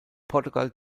portugal